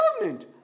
government